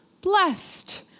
blessed